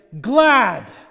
glad